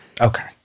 Okay